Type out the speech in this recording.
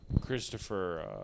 Christopher